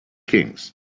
kings